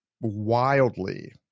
wildly